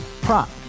Prop